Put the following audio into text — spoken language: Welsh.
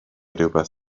rywbeth